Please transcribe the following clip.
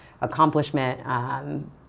accomplishment